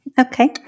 Okay